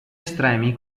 estremi